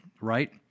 Right